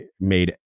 made